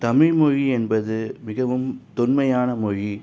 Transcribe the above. தமிழ்மொழி என்பது மிகவும் தொன்மையான மொழி